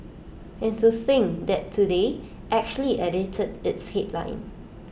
and to think that today actually edited its headline